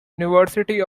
university